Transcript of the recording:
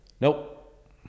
Nope